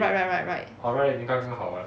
right right right right